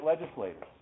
legislators